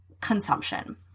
consumption